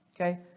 Okay